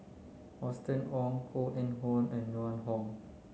Austen Ong Koh Eng Hoon and Joan Hon